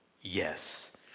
Yes